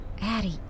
Addy